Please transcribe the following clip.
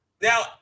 Now